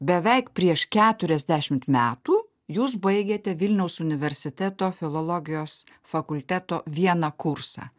beveik prieš keturiasdešimt metų jūs baigėte vilniaus universiteto filologijos fakulteto vieną kursą